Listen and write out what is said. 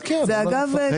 זה אגב קיים.